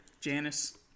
Janice